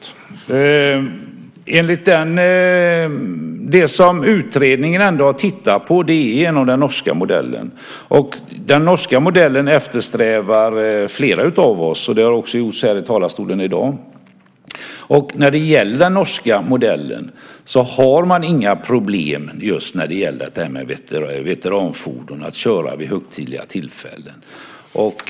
Herr talman! Det som utredningen har tittat på är den norska modellen. Den norska modellen eftersträvar flera av oss. Det har också sagts här i talarstolen i dag. Med den norska modellen har man inte problem just när det gäller att köra veteranfordon vid högtidliga tillfällen.